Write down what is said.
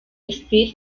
steve